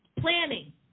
Planning